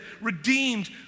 redeemed